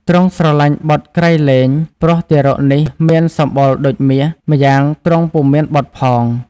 ទ្រង់ស្រឡាញ់បុត្រក្រៃលែង ព្រោះទារកនេះមានសម្បុរដូចមាស ម្យ៉ាងទ្រង់ពុំមានបុត្រផង។